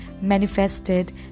manifested